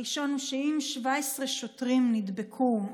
הראשון הוא שאם 17 שוטרים נדבקו,